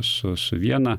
su su viena